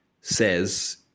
says